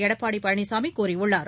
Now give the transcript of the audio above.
எடப்பாடி பழனிசாமி கூறியுள்ளார்